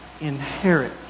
inherit